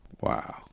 Wow